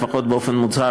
לפחות באופן מוצהר,